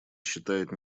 считает